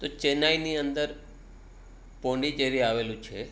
તો ચેન્નઈની અંદર પોંડિચેરી આવેલું છે